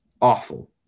awful